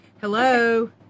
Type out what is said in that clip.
hello